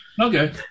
Okay